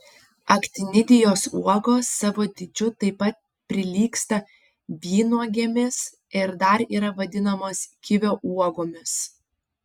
aktinidijos uogos savo dydžiu taip pat prilygsta vynuogėmis ir dar yra vadinamos kivio uogomis